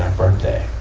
birthday?